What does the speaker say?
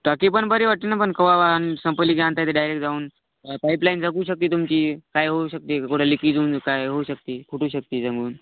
टाकी पण बरी वाटते ना पण केव्हा संपवली की आणता येते डायरेक्ट जाऊन पाईपलाईन जगू शकती तुमची काय होऊ शकते कुठं लिकेज होऊन काय होऊ शकते फुटू शकते जमून